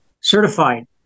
certified